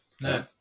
no